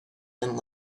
and